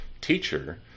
teacher